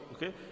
Okay